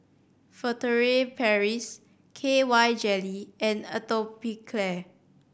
Furtere Paris K Y Jelly and Atopiclair